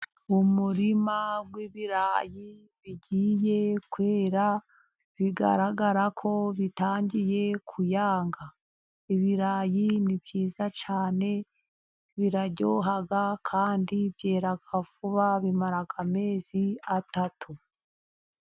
Umurima w'ibirayi bigiye kwera, bigaragara ko bitangiye kuyanga. Ibirayi ni byiza cyane, biraryoha kandi byera vuba bimara amezi atatu.